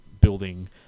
building